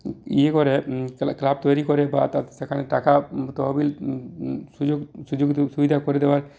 ইয়ে করে তাহলে ক্লাব তৈরি করে বা তার সেখানে টাকা তহবিল সুযোগ সুযোগ সুবিধা করে দেওয়ার